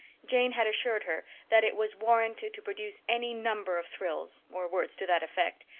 jane had assured her that it was warranted to produce any number of thrills, or words to that effect,